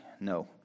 no